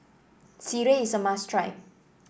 Sireh is a must try